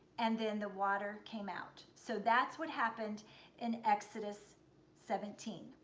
and then the water came out. so that's what happened in exodus seventeen.